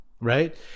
right